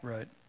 Right